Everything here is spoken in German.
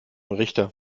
richter